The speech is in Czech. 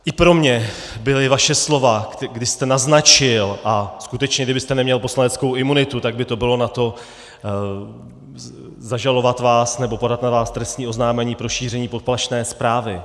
I pro mě byla vaše slova, kdy jste naznačil a skutečně kdybyste neměl poslaneckou imunitu, tak by to bylo na to vás zažalovat nebo podat na vás trestní oznámení pro šíření poplašné zprávy.